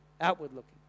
outward-looking